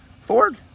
Ford